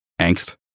angst